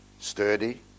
sturdy